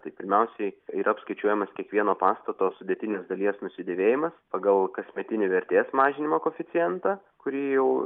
tai pirmiausiai yra apskaičiuojamas kiekvieno pastato sudėtinės dalies nusidėvėjimas pagal kasmetinį vertės mažinimo koeficientą kurį jau